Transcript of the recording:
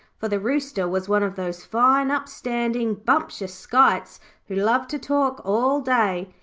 for the rooster was one of those fine up-standing, bumptious skites who love to talk all day,